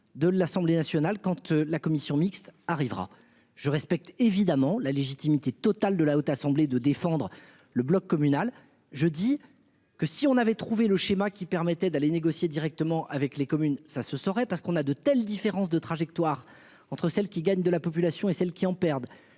de l'Assemblée nationale, quand la commission mixte arrivera je respecte évidemment la légitimité totale de la haute assemblée de défendre le bloc communal. Je dis que si on avait trouvé le schéma qui permettait d'aller négocier directement avec les communes, ça se saurait. Parce qu'on a de telles différences de trajectoire entre celles qui gagnent de la population et celles qui en perdent,